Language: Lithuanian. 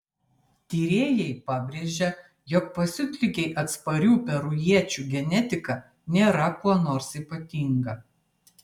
tyrėjai pabrėžia jog pasiutligei atsparių perujiečių genetika nėra kuo nors ypatinga